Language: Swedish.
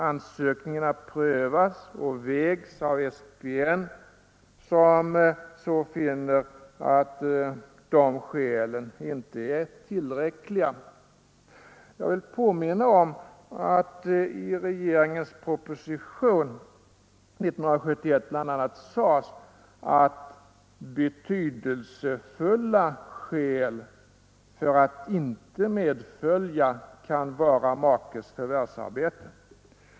Ansökningarna prövas och vägs av SPN, som alltså ofta finner att dessa skäl inte är tillräckliga. Jag vill påminna om att i regeringens proposition 1971 bl.a. sades att ”betydelsefulla skäl för att inte medfölja kan vara makes förvärvsarbete”.